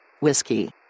Whiskey